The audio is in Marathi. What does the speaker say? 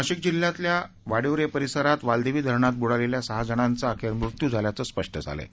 नाशिक जिल्ह्यातल्या वाडीवरे परिसरात वालदेवी धरणात बुडालेल्या सहा जणांचा अखेर मृत्यू झाल्याचं स्पष्ट झालं आहे